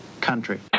Country